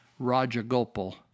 Rajagopal